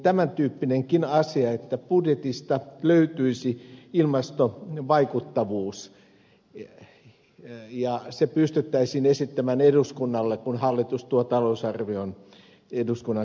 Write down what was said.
tämän tyyppinenkin asia että budjetista löytyisi ilmastovaikuttavuus ja se pystyttäisiin esittämään eduskunnalle kun hallitus tuo talousarvion eduskunnan käsittelyyn